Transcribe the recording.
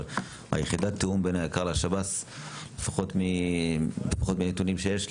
אבל יחידת התיאום בין היק"ר לשב"ס לפחות מנתונים שיש לי,